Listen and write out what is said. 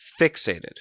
Fixated